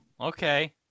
okay